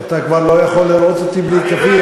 אתה כבר לא יכול לראות אותי בלי כאפיה?